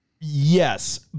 Yes